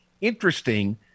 interesting